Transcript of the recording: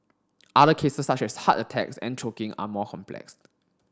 other cases such as heart attacks and choking are more complex